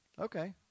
Okay